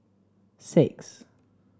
six